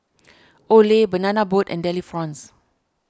Olay Banana Boat and Delifrance